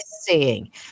seeing